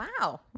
Wow